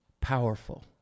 powerful